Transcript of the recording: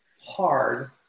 hard